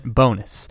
bonus